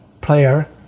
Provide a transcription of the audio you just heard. player